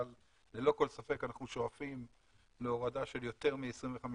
אבל ללא כל ספק אנחנו שואפים להורדה של יותר מ-25%